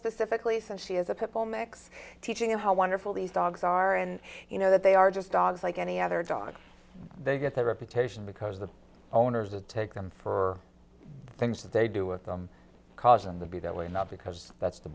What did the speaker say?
specifically since he is a pit bull mix teaching him how wonderful these dogs are and you know that they are just dogs like any other dogs they get their reputation because the owners that take them for things they do with them cause and to be that way not because that's the